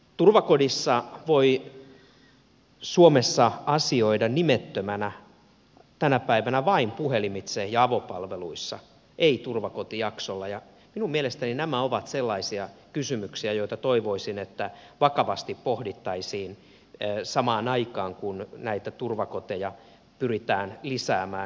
turvakodissa voi suomessa asioida nimettömänä tänä päivänä vain puhelimitse ja avopalveluissa ei turvakotijaksolla ja minun mielestäni nämä ovat sellaisia kysymyksiä joita toivoisin vakavasti pohdittavan samaan aikaan kun näitä turvakoteja pyritään lisäämään